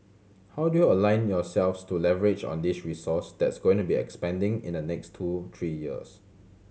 how do you align yourselves to leverage on this resource that's going to expanding in the next two three years